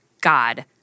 God